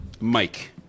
Mike